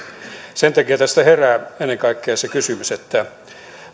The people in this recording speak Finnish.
sen takia tästä herää ennen kaikkea se kysymys